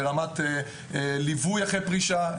מבחינת ליווי אחרי פרישה.